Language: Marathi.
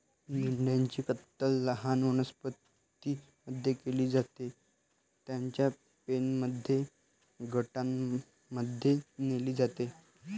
मेंढ्यांची कत्तल लहान वनस्पतीं मध्ये केली जाते, त्यांना पेनमध्ये गटांमध्ये नेले जाते